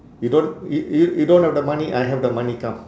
you don't y~ y~ you don't have the money I have the money come